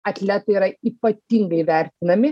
atletai yra ypatingai vertinami